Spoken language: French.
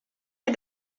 est